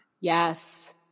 yes